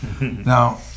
Now